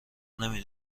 نمی